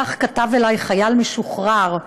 כך כתב אלי חייל משוחרר,